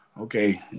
Okay